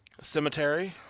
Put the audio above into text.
Cemetery